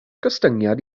gostyngiad